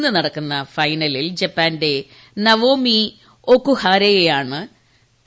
ഇന്ന് നടക്കുന്ന ഫൈനലിൽ ജപ്പാന്റെ നവോമി ഒക്കുഹാരെയാണ് പി